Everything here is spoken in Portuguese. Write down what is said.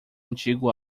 antigo